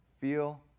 feel